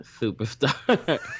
superstar